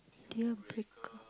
deal breaker